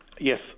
Yes